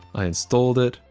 i installed it.